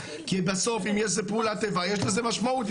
כי בסוף אם זו פעולת איבה יש לזה משמעות,